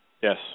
Yes